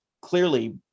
clearly